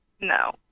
no